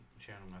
channel